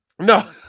No